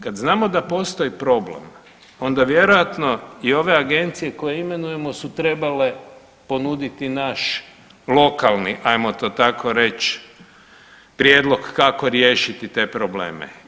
Kad znamo da postoji problem, onda vjerojatno i ove agencije koje imenujemo su trebale ponuditi naš lokalni hajmo to tako reći prijedlog kako riješiti te probleme.